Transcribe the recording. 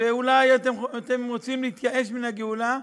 ואולי אתם רוצים להתייאש מן הגאולה,